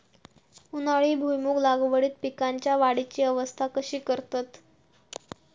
उन्हाळी भुईमूग लागवडीत पीकांच्या वाढीची अवस्था कशी करतत?